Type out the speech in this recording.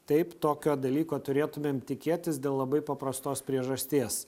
taip tokio dalyko turėtumėm tikėtis dėl labai paprastos priežasties